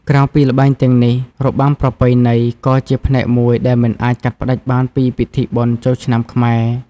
ក្រៅពីល្បែងទាំងនេះ របាំប្រពៃណី ក៏ជាផ្នែកមួយដែលមិនអាចកាត់ផ្តាច់បានពីពិធីបុណ្យចូលឆ្នាំខ្មែរ។